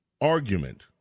argument